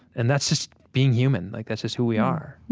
and that's just being human. like that's just who we are